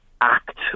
act